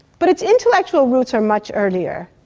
but its intellectual roots are much earlier.